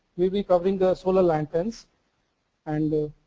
will be covering the solar lanterns and